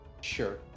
sure